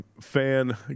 fan